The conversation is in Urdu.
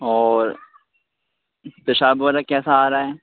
اور پیشاب وغیرہ کیسا آ رہا ہے